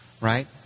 Right